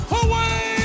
away